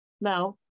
No